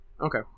Okay